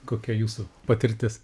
kokia jūsų patirtis